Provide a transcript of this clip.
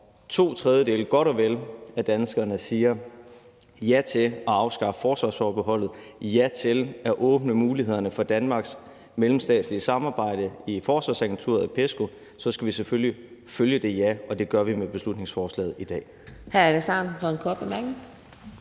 to tredjedele af danskerne siger ja til at afskaffe forsvarsforbeholdet og ja til at åbne mulighederne for Danmarks mellemstatslige samarbejde i Forsvarsagenturet og PESCO, så selvfølgelig skal følge det ja. Og det gør vi med beslutningsforslaget i dag.